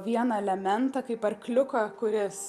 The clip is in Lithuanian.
vieną elementą kaip arkliuką kuris